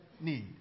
need